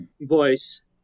voice